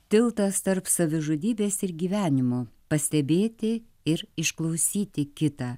tiltas tarp savižudybės ir gyvenimo pastebėti ir išklausyti kitą